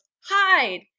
hide